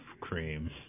cream